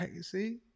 See